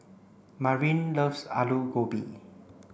Marin loves Alu Gobi